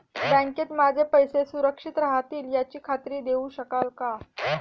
बँकेत माझे पैसे सुरक्षित राहतील याची खात्री देऊ शकाल का?